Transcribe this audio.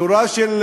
שורה של